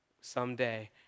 someday